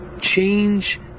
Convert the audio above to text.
change